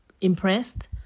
impressed